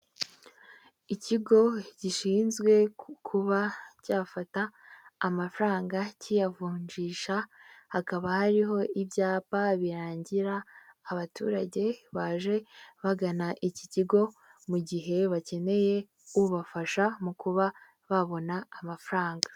Ikigo gishinzwe kuba cyafata amafaranga kiyavunjisha, hakaba hariho ibyapa birangira abaturage baje bagana iki kigo mu gihe bakeneye ubafasha mu kuba babona amafaranga.